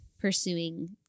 pursuing